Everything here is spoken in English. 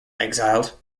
exiled